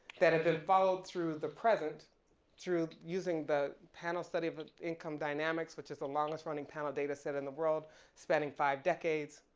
that have been followed through the present through using the panel study of income dynamics, which is the longest running panel data set in the world spanning five decades,